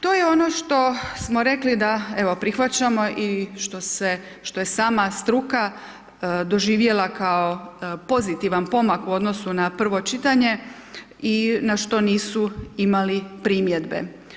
To je ono što smo rekli da evo prihvaćamo i što je sama struka doživjela kao pozitivan pomak u odnosu na prvo čitanje i na što nisu imali primjedbe.